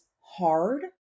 hard